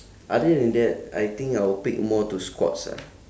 other than that I think I would pick more to squats ah